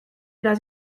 las